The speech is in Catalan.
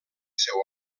seu